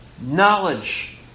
knowledge